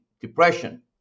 depression